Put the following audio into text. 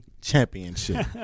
championship